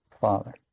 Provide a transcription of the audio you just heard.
Father